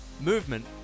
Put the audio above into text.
movement